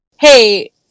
hey